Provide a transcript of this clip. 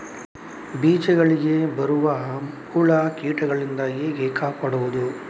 ಬೀಜಗಳಿಗೆ ಬರುವ ಹುಳ, ಕೀಟದಿಂದ ಹೇಗೆ ಕಾಪಾಡುವುದು?